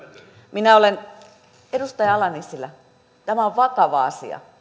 minä olen edustaja ala nissilä tämä on vakava asia